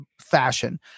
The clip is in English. fashion